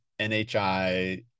NHI